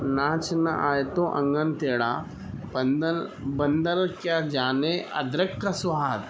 ناچ نہ آئے تو آنگن ٹیڑھا بندر بندر کیا جانے ادرک کا سواد